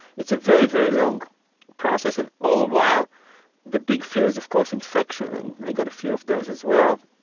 it's a very, very long process and all the while the big fear is of course infection and i got a few of those as well.